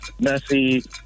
Messi